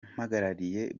mpagarariye